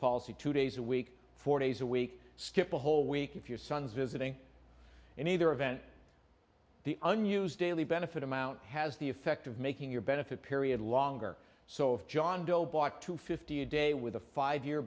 policy two days a week four days a week skip a whole week if your son's visiting in either event the unused daily benefit amount has the effect of making your benefit period longer so if john doe bought to fifty a day with a five year